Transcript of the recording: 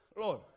Lord